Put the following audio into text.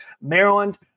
Maryland